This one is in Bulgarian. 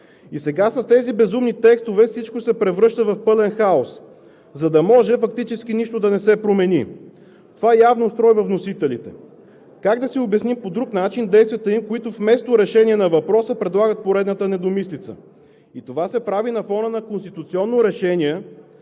И сега с тези безумни текстове всичко се превръща в пълен хаос, за да може фактически нищо да не се промени. Това явно устройва вносителите. Как по друг начин да си обясним действията им, които вместо решение на въпроса, предлагат поредната недомислица? И това се прави на фона на конституционно решение,